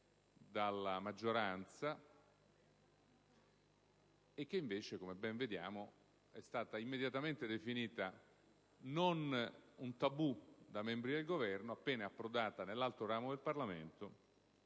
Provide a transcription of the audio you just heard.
dalla maggioranza e che invece, come ben si vede, è stata immediatamente definita non inviolabile dai membri del Governo non appena approdata nell'altro ramo del Parlamento,